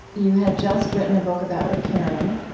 you had just written a book about repairing.